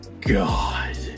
God